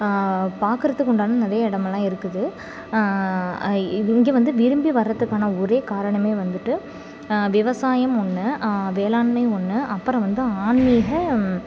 பார்க்கறதுக்குண்டான நிறைய இடமெல்லாம் இருக்குது இது இங்கே வந்து விரும்பி வர்றதுக்கான ஒரே காரணம் வந்துட்டு விவசாயம் ஒன்று வேளாண்மை ஒன்று அப்புறம் வந்து ஆன்மீக